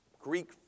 Greek